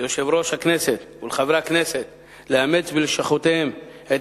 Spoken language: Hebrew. ליושב-ראש הכנסת ולחברי הכנסת לאמץ בלשכותיהם את